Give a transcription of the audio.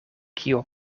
kio